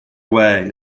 away